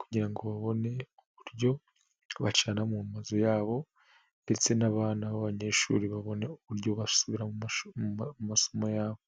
kugira ngo babone uburyo bacana mu mazu yabo ndetse n'abana b'abanyeshuri babone uburyo basubira mu masomo yabo.